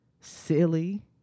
silly